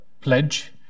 Pledge